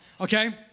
Okay